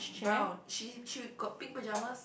brown she she got pink pajamas